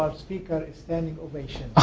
um speaker a standing ovation?